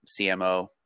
CMO